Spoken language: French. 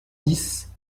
dix